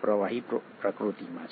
પ્રવાહી પ્રકૃતિના છે